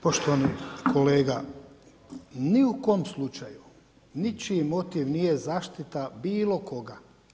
Poštovani kolega, ni u kom slučaju, ničiji motiv nije zaštita bilo koga.